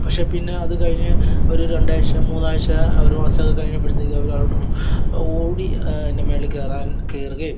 പക്ഷെ പിന്നെ അതുകഴിഞ്ഞ് ഒരു രണ്ടാഴ്ച മൂന്നാഴ്ച ഒരു മാസം ഒക്കെ കഴിഞ്ഞപ്പഴത്തേക്കും അവർ താഴോട്ട് പോം ഓടി അതിന്റെ മേളിൽ കയറാന് കയറുകയും